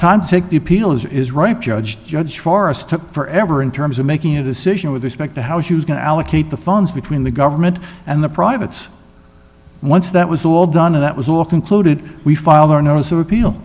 to take the appeal is right judge judge forrest took forever in terms of making a decision with respect to how he was going to allocate the funds between the government and the privates once that was all done and that was all concluded we filed our notice of appeal